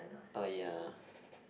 oh ya